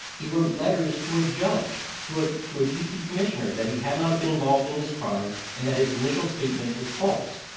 he wrote letters to a judge, to a to a d c. commissioner that he had not been involved in this crime and that his initial statement was false.